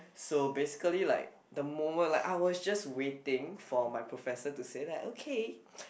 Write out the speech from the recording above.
so basically like the moment like I was just waiting for my professor to say that okay